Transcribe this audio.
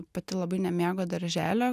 pati labai nemėgo darželio